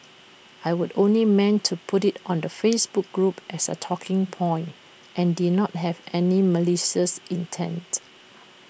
I would only meant to put IT on the Facebook group as A talking point and did not have malicious intent